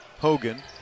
Hogan